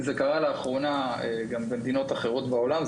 זה קרה לאחרונה גם במדינות אחרות בעולם.